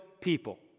People